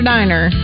Diner